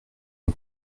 une